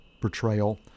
portrayal